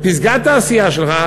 פסגת העשייה שלך?